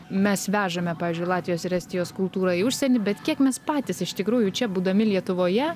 mes vežame pavyzdžiui latvijos ir estijos kultūrą į užsienį bet kiek mes patys iš tikrųjų čia būdami lietuvoje